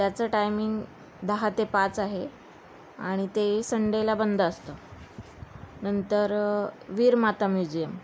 त्याचं टायमिंग दहा ते पाच आहे आणि ते संडेला बंद असतं नंतर वीरमाता म्युझियम